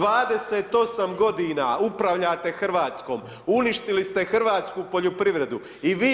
28 godina upravljate Hrvatskom, uništili ste hrvatsku poljoprivredu i vi